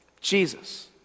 Jesus